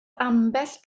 ambell